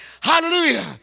hallelujah